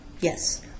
Yes